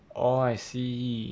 orh I see